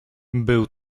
był